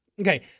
Okay